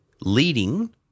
leading